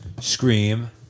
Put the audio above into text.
Scream